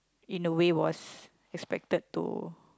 in a way was expected to